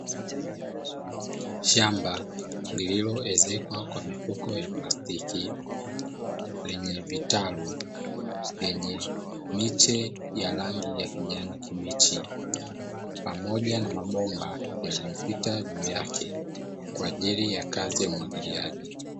Shamba lililoezekwa kwa mifuko ya plastiki lenye vitalu vyenye miche ya rangi ya kijani kibichi pamoja na mabomba yaliyopita juu yake kwa ajili ya kazi ya umwagiliaji.